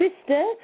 sister